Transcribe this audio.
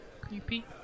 Creepy